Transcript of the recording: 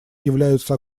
являются